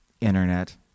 internet